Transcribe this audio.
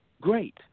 Great